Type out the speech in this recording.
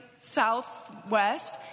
Southwest